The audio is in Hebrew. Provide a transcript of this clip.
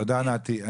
תודה נתי,